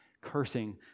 cursing